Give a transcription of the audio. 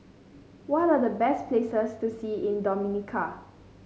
what are the best places to see in Dominica